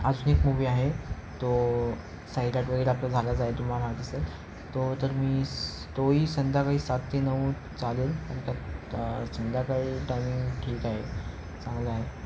हाच एक मूव्ही आहे तो सैराट वगैरे आपलं झालाच आहे तुम्हाला माहीत असेल तो तर मी स् तोही संध्याकाळी सात ते नऊ चालेल कारण का संध्याकाळी टायमिंग ठीक आहे चांगलं आहे